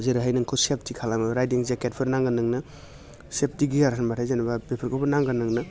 जेरैहाय नोंखौ सेफटि खालामो राइडिं जेकेटफोर नांगोन नोंनो सेफटि गियार होनब्लाथाय जेन'बा बेफोरखौबो नांगोन नोंनो